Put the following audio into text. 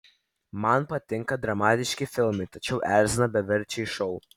man patinka dramatiški filmai tačiau erzina beverčiai šou